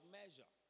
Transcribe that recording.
measure